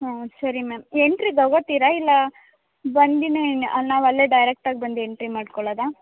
ಹಾಂ ಸರಿ ma'am entry ತಗೋತೀರಾ ಇಲ್ಲ ಬಂದೇನೇ ನಾವು ಅಲ್ಲೇ ಡೈರೆಕ್ಟಾಗಿ ಬಂದು ಎಂಟ್ರಿ ಮಾಡ್ಕೊಳ್ಳೋದಾ